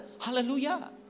Hallelujah